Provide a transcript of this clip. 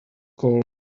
call